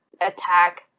attack